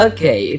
Okay